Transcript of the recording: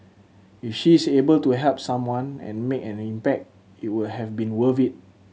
if she is able to help someone and make an impact it would have been worth it